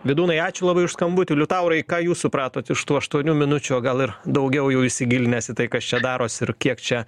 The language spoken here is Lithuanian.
vidūnui ačiū labai už skambutį liutaurai ką jūs supratot iš tų aštuonių minučių o gal ir daugiau jau įsigilinęs į tai kas čia darosi ir kiek čia